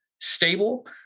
stable